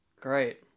Great